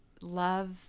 love